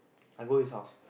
I go his house